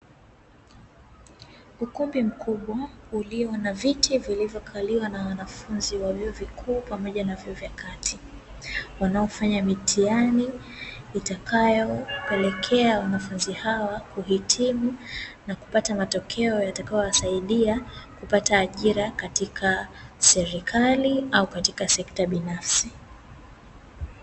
Ukumbi mkubwa ulio na viti vilivyo kaliwa na wanafunzi wa vyuo vikuu pamoja na vyuo vya kati, wanaofanya mitihani itakayo pelekea wanafunzi hawa kuhitimu, na kupata matokeo yatakayo wasaidia kupata ajira katika serikali au katika sekta binafsi.